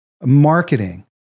marketing